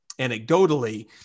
anecdotally